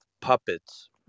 puppets